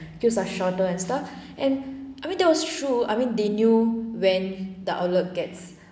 queues are shorter and stuff and I mean that was true I mean they knew when the outlet gets